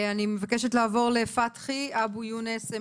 אני מבקשת לעבור לפתחי אבו יונס בזום,